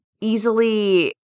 easily